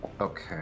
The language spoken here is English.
Okay